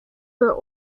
were